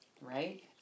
right